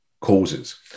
causes